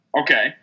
Okay